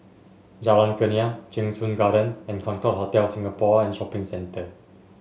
Jalan Kurnia Cheng Soon Garden and Concorde Hotel Singapore and Shopping Centre